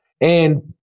And-